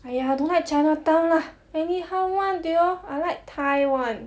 !aiya! I don't like chinatown lah anyhow [one] they all I like thai [one]